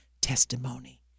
testimony